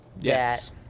Yes